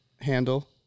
handle